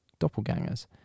doppelgangers